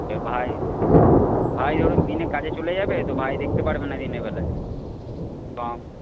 ভাই ভাই ধরুন দিনে কাজে চলে যাবে তো ভাই দেখতে পারবে না দিনের বেলায় তো